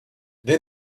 then